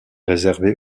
réservée